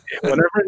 Whenever